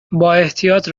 بااحتیاط